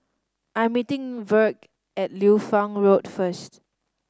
I am meeting Virge at Liu Fang Road first